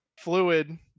fluid